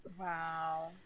Wow